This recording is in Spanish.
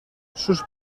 sus